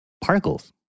particles